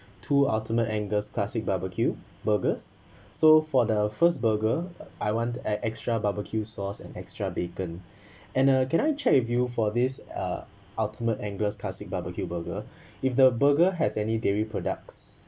two ultimate angles classic barbecue burgers so for the first burger I want extra barbecue sauce and extra bacon and uh can I check with you for this uh ultimate anglers classic barbecue burger if the burger has any dairy products